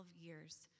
years